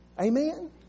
Amen